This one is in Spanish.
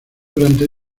durante